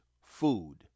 food